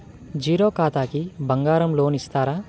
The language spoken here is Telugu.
జీరో ఖాతాకి బంగారం లోన్ ఇస్తారా?